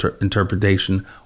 interpretation